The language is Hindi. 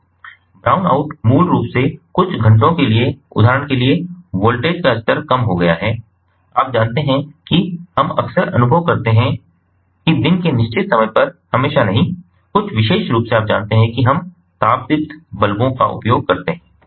ब्राउन आउट मूल रूप से है कि कुछ घंटों के लिए उदाहरण के लिए वोल्टेज का स्तर कम हो गया है आप जानते हैं कि हम अक्सर अनुभव करते हैं कि दिन के निश्चित समय पर हमेशा नहीं कुछ विशेष रूप से आप जानते हैं कि हम तापदीप्त बल्बों को उपयोग कर रहे हैं